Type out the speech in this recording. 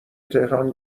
تهران